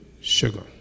sugar